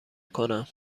کنم